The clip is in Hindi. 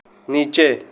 नीचे